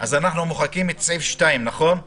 --- אנחנו מוחקים את סעיף 2, נכון?